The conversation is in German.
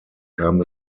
kam